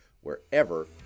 wherever